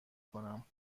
کنم